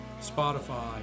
Spotify